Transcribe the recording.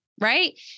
Right